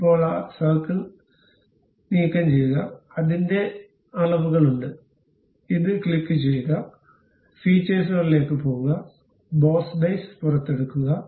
ഇപ്പോൾ ആ സർക്കിൾ നീക്കംചെയ്യുക അതിന്റെ അളവുകൾ ഉണ്ട് ഇത് ക്ലിക്കുചെയ്യുക ഫീച്ചേഴ്സുകളിലേക്ക് പോകുക ബോസ് ബേസ് പുറത്തെടുക്കുക